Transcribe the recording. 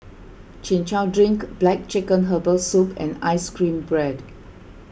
Chin Chow Drink Black Chicken Herbal Soup and Ice Cream Bread